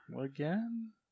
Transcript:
again